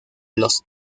los